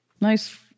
Nice